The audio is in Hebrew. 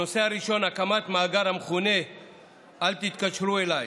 הנושא הראשון, הקמת מאגר המכונה "אל תתקשרו אליי"